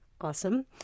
Awesome